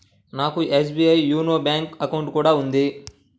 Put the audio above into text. నాకు SBI YONO bank account కూడా ఉంది